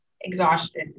exhaustion